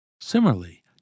Similarly